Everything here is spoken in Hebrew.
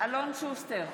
אלון שוסטר,